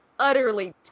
Utterly